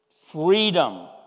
freedom